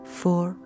four